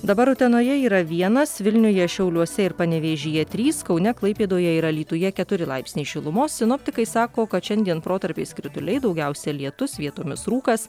dabar utenoje yra vienas vilniuje šiauliuose ir panevėžyje trys kaune klaipėdoje ir alytuje keturi laipsniai šilumos sinoptikai sako kad šiandien protarpiais krituliai daugiausia lietus vietomis rūkas